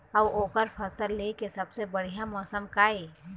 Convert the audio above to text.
अऊ ओकर फसल लेय के सबसे बढ़िया मौसम का ये?